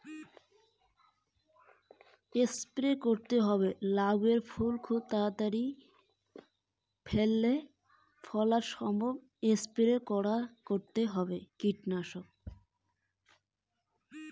লাউ এর ফল খুব তাড়াতাড়ি কি করে ফলা সম্ভব?